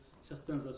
certains